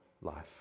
life